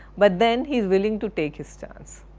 but then he is willing to take his chance,